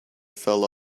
fell